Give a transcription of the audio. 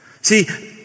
See